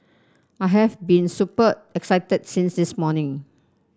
I have been super excited since this morning